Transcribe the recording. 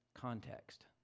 context